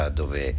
dove